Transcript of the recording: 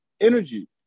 energy